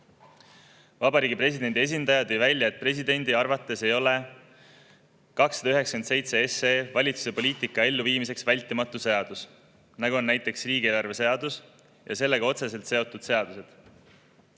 Vabariigi Presidendi esindaja tõi välja, et presidendi arvates ei ole 297 SE valitsuse poliitika elluviimiseks vältimatu, nagu on näiteks riigieelarve seadus ja sellega otseselt seotud seadused.